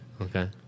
Okay